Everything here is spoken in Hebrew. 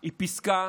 היא פסקה